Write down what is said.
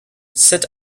sit